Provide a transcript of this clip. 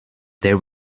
there